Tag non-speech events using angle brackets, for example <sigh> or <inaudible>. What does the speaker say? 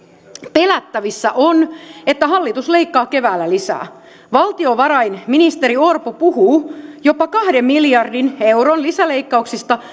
pelättävissä on että hallitus leikkaa keväällä lisää valtiovarainministeri orpo puhuu jopa kahden miljardin euron lisäleikkauksista <unintelligible>